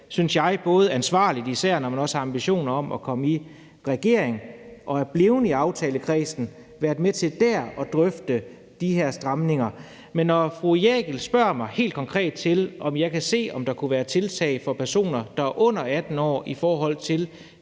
synes jeg, ansvarligt – især når man også har ambitioner om at komme i regering – at være blevet i aftalekredsen og været med til dér at drøfte de her stramninger. Men når fru Brigitte Klintskov Jerkel spørger mig helt konkret, om jeg kan se for mig, at der kunne være tiltag for personer, der er under 18 år, i forhold til